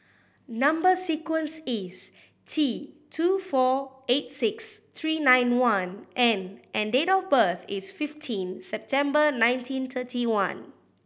number sequence is T two four eight six three nine one N and date of birth is fifteen September nineteen thirty one